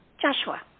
Joshua